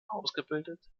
ausgebildet